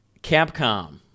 Capcom